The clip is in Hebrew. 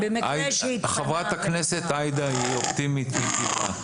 חברת הכנסת עאידה היא אופטימית מטבעה.